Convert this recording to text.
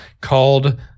called